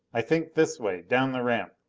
i think this way, down the ramp.